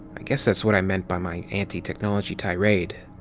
i guess that's what i meant by my anti-technology tirade.